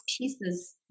pieces